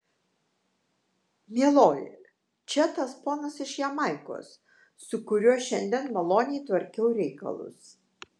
mieloji čia tas ponas iš jamaikos su kuriuo šiandien maloniai tvarkiau reikalus